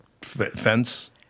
fence